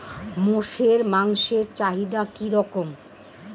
মোষের মাংসের চাহিদা কি রকম?